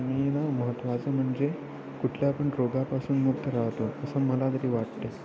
मी ना महत्त्वाचं म्हणजे कुठल्या पण रोगापासून मुक्त राहतो असं मला तरी वाटते